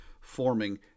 forming